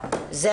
זה